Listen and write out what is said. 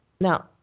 Now